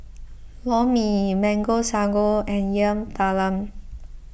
Lor Mee Mango Sago and Yam Talam